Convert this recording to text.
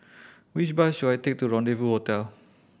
which bus should I take to Rendezvous Hotel